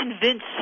convinced